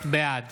בעד